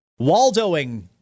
Waldoing